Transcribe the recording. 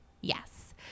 yes